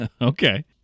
Okay